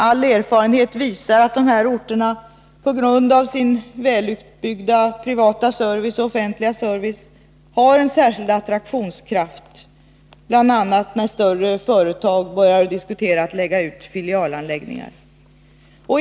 All erfarenhet visar att dessa orter på grund av sin välutbyggda privata och offentliga service har en särskild attraktionskraft bl.a. när större företag överväger att lägga ut filialanläggningar.